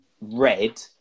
red